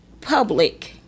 public